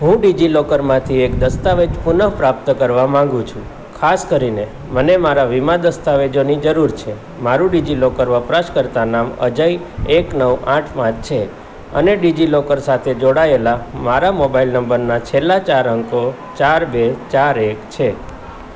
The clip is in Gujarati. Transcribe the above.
હું ડિજિલોકરમાંથી એક દસ્તાવેજ પુનઃપ્રાપ્ત કરવા માગું છું ખાસ કરીને મને મારા વીમા દસ્તાવેજોની જરૂર છે મારું ડિજિલોકર વપરાશકર્તા નામ અજય એક નવ આઠ પાંચ છે અને ડિજિલોકર સાથે જોડાયેલા મારા મોબાઇલ નંબરના છેલ્લા ચાર અંકો ચાર બે ચાર એક છે